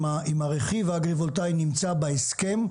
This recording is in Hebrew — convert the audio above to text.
אם הרכיב האגרי-וולטאי נמצא בהסכם.